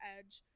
Edge